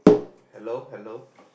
hello hello